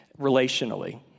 relationally